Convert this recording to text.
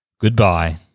goodbye